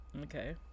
Okay